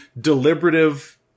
deliberative